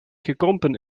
gekrompen